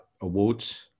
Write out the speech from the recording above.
awards